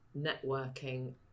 networking